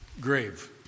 grave